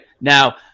Now